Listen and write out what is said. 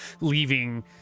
leaving